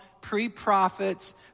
Pre-prophets